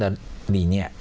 that mean ye